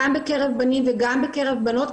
גם בקרב בנים וגם בקרב בנות,